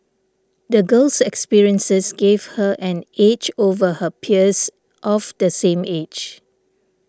the girl's experiences gave her an edge over her peers of the same age